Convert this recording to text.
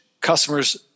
customers